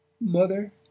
Mother